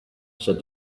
said